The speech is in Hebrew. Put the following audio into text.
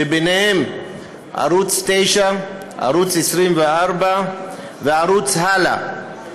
שבהם ערוץ 9, ערוץ 24 וערוץ "הלא".